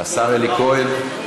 השר אלי כהן.